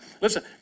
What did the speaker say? listen